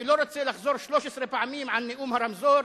אני לא רוצה לחזור 13 פעמים על נאום הרמזור,